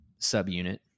subunit